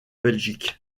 belgique